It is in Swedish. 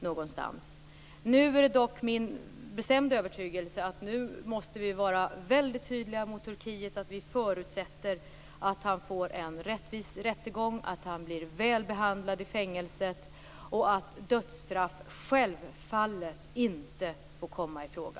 Nu är det dock min bestämda övertygelse att vi måste vara väldigt tydliga mot Turkiet när det gäller att vi förutsätter att han får en rättvis rättegång, att han blir väl behandlad i fängelset och att dödsstraff självfallet inte får komma i fråga.